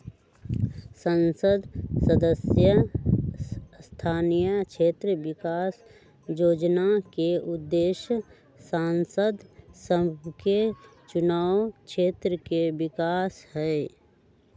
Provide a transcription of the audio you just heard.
संसद सदस्य स्थानीय क्षेत्र विकास जोजना के उद्देश्य सांसद सभके चुनाव क्षेत्र के विकास हइ